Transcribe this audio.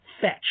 fetch